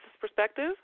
perspective